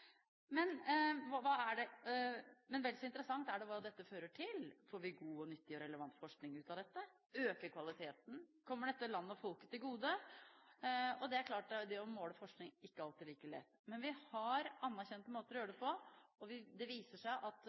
Men vel så interessant er hva dette fører til. Får vi god og nyttig og relevant forskning av dette? Øker kvaliteten? Kommer det landet og folket til gode? Det er klart at det å måle forskning er ikke alltid like lett. Men vi har anerkjente måter å gjøre det på. Det viser seg at